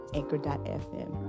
anchor.fm